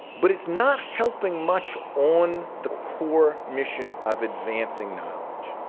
but it's not helping much on the core mission of advancing knowledge.